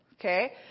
okay